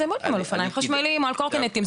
אז הם נוסעים באופניים חשמליים או בקורקינטים.